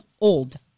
old